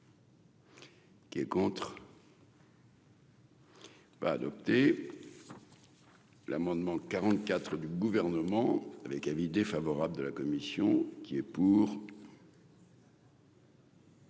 Qui est contre,